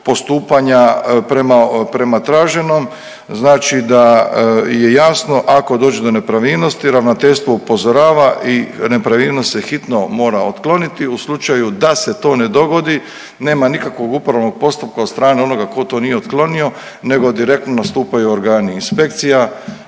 postupanja prema traženom. Znači da je jasno ako dođe do nepravilnosti ravnateljstvo upozorava i nepravilnost se hitno mora otkloniti. U slučaju da se to ne dogodi nema nikakvog upravnog postupka od strane onoga tko to nije otklonio, nego direktno nastupaju organi inspekcija,